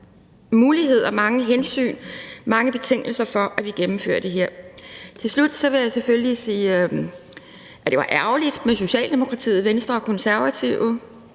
muligheder, mange hensyn og mange betingelser for, at vi gennemfører det her. Til slut vil jeg selvfølgelig sige, at det var ærgerligt med Socialdemokratiet, Venstre og Konservative.